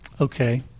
Okay